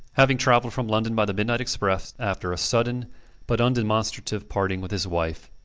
having travelled from london by the midnight express after a sudden but undemonstrative parting with his wife.